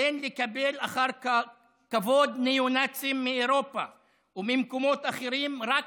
אין לקבל אחר כבוד ניאו-נאצים מאירופה וממקומות אחרים רק